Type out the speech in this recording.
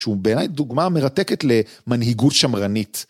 שהוא בעיניי דוגמה מרתקת למנהיגות שמרנית.